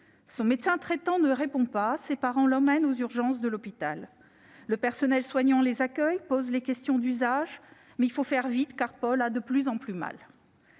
Son médecin traitant ne répond pas, ses parents l'emmènent aux urgences de l'hôpital. Le personnel soignant les accueille, pose les questions d'usage, mais il faut faire vite, car Paul a de plus en plus mal.